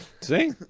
See